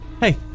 Hey